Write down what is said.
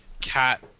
cat